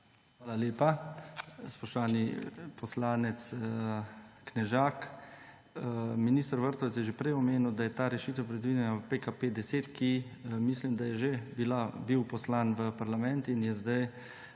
Hvala lepa. Spoštovani poslanec Knežak. Minister Vrtovec je že prej omenil, da je ta rešitev predvidena v PKP-10, ki, mislim da, je že bil poslan v parlament in je zdaj